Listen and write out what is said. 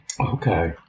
Okay